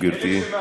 גברתי.